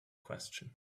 question